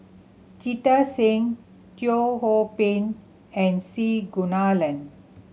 Jita Singh Teo Ho Pin and C Kunalan